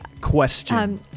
question